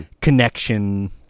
connection